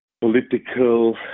political